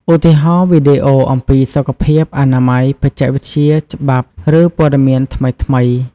ឧទាហរណ៍ វីដេអូអំពីសុខភាព អនាម័យ បច្ចេកវិទ្យា ច្បាប់ ឬព័ត៌មានថ្មីៗ។